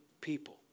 people